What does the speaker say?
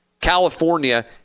California